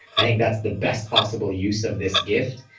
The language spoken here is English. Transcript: i think that's the best possible use of this gift.